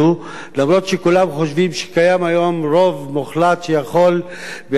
אף-על-פי שכולם חושבים שקיים היום רוב מוחלט שיכול בעצם לבוא